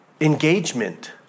engagement